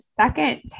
second